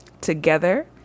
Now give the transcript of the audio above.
together